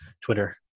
Twitter